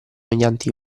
mediante